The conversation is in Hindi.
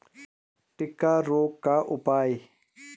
टिक्का रोग का उपाय?